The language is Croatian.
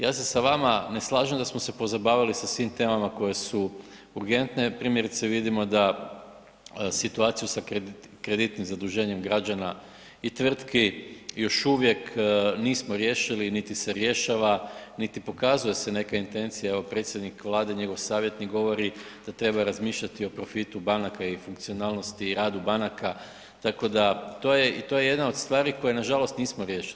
Ja se sa vama ne slažem da smo se pozabavili sa svim temama koje su urgentne, primjerice vidimo da situaciju sa kreditnim zaduženjem građana i tvrtki još uvijek nismo riješili niti se rješava niti pokazuje se neka intencija, evo, predsjednik Vlade i njegov savjetnik govori da treba razmišljati o profitu banaka i funkcionalnosti i radu banaka, tako da, to je, to je jedna od stvari koje nažalost nismo riješili.